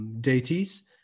Deities